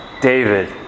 David